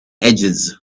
edges